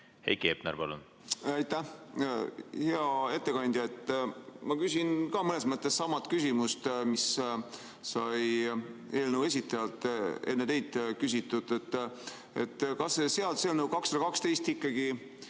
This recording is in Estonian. Heiki Hepner, palun! Aitäh! Hea ettekandja! Ma küsin ka mõnes mõttes sama küsimuse, mis sai eelnõu esitajalt enne teid küsitud. Kas see seaduseelnõu 212 ikkagi